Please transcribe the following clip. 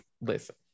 listen